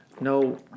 no